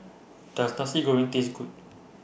Does Nasi Goreng Taste Good